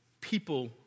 people